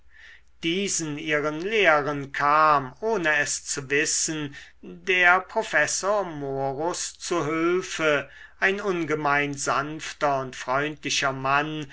diesen ihren lehren kam ohne es zu wissen der professor morus zu hülfe ein ungemein sanfter und freundlicher mann